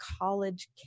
college